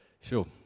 Sure